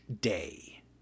Day